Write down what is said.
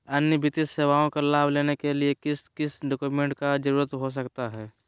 अन्य वित्तीय सेवाओं के लाभ लेने के लिए किस किस डॉक्यूमेंट का जरूरत हो सकता है?